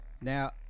Now